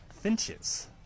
Finches